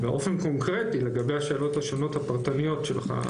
לגבי השאלות השונות הפרטניות שלך: